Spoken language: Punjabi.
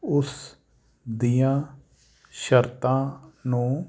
ਉਸ ਦੀਆਂ ਸ਼ਰਤਾਂ ਨੂੰ